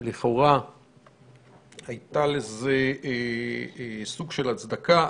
ולכאורה היה לזה סוג של הצדקה.